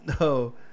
no